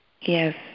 Yes